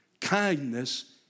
Kindness